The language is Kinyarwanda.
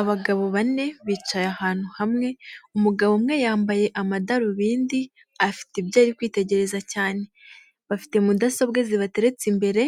Abagabo bane bicaye ahantu hamwe, umugabo umwe yambaye amadarubindi afite ibyo ari kwitegereza cyane, bafite mudasobwa zibateretse imbere,